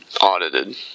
Audited